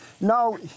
no